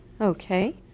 Okay